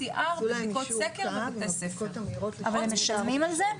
הם משלמים על זה?